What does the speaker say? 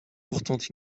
pourtant